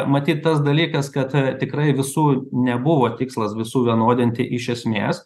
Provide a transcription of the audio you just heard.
matyt tas dalykas kad tikrai visų nebuvo tikslas visų vienodinti iš esmės